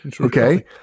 okay